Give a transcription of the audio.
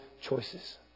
choices